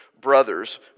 brothers